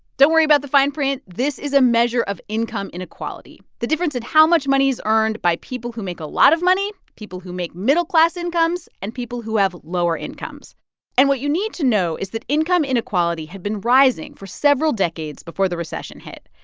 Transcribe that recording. don't worry about the fine print. this is a measure of income inequality, the difference in how much money is earned by people who make a lot of money, people who make middle-class incomes and people who have lower incomes and what you need to know is that income inequality had been rising for several decades before the recession hit.